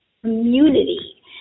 community